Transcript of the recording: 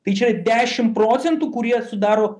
tai čia dešimt procentų kurie sudaro